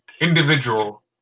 individual